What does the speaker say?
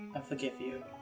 i forgive you.